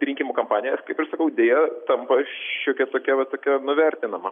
rinkimų kampanija aš kaip ir sakau deja tampa šiokia tokia va tokia nuvertinama